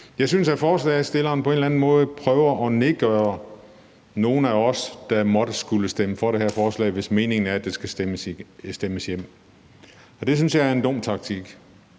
Jeg synes, at forslagsstillerne på en eller anden måde prøver at nedgøre nogle af os, der måtte skulle stemme for det her forslag, hvis meningen er, at det skal stemmes hjem. Og det synes jeg er en dum taktik.